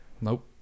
nope